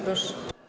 Proszę.